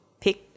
pick